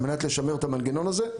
על מנת לשמר את המנגנון הזה,